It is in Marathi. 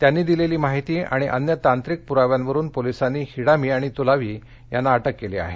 त्यांनी दिलेली माहिती आणि अन्य तांत्रिक पुराव्यावरून पोलिसांनी हिडामी आणि तुलावी यांना अटक केली आहे